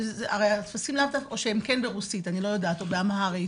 או שהם כן ברוסית, או באמהרית.